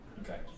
Okay